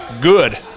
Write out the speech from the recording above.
Good